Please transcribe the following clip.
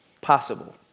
possible